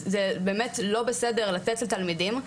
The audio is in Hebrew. זה באמת לא בסדר לתת לתלמידים,